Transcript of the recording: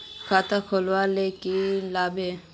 खाता खोल ले की लागबे?